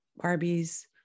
Barbie's